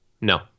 No